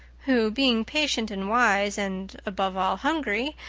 who, being patient and wise and, above all, hungry,